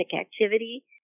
activity